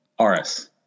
RS